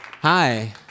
Hi